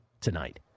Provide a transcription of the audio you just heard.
tonight